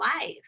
life